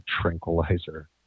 tranquilizer